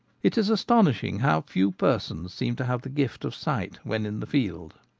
it is astonish ing how few persons seem to have the gift of sight when in the field.